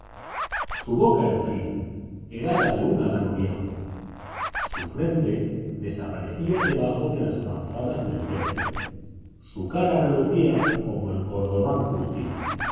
su boca en fin era la de un alano viejo su frente desaparecía debajo de las avanzadas del pelo su cara relucía como el cordobán curtido